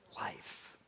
life